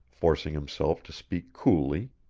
forcing himself to speak coolly.